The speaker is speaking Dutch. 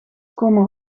komen